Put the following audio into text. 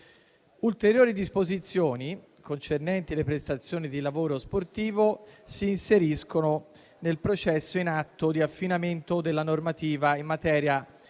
Ulteriori disposizioni concernenti le prestazioni di lavoro sportivo si inseriscono nel processo in atto di affinamento della normativa in materia